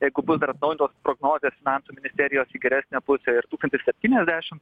jeigu bus dar atnaujintos prognozės finansų ministerijos į geresnę pusę ir tūkstantis septyniasdešim